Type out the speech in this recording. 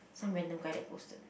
some random guy that posted